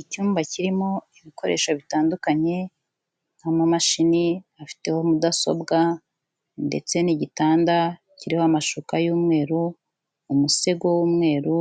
Icyumba kirimo ibikoresho bitandukanye, nk'amamashini afiteho mudasobwa, ndetse n'igitanda kiriho amashuka y'umweru, umusego w'umweru,